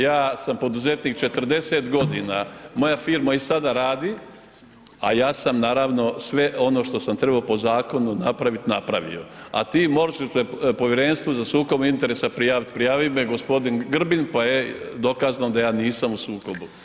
Ja sam poduzetnik 40 g. Moja firma i sada radi, a ja sam naravno sve ono što sam trebao po zakonu napraviti, napravio, a ti možeš Povjerenstvu za sukob interesa prijaviti, prijavi se, g. Grbin pa je dokazno da ja nisam u sukobu.